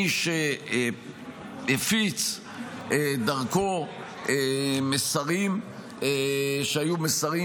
מי שהפיץ דרכו מסרים שהיו מסרים